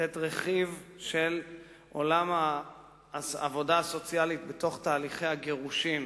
לתת רכיב של עולם העבודה הסוציאלית בתוך תהליכי הגירושים